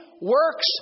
works